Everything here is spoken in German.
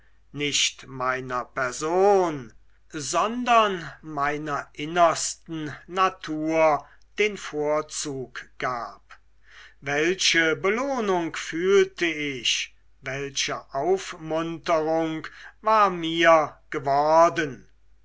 nicht meiner person sondern meiner innersten natur den vorzug gab welche belohnung fühlte ich welche aufmunterung war mir geworden